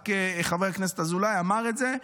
רק חבר הכנסת אזולאי אמר את זה,